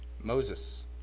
Moses